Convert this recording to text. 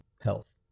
health